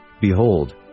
Behold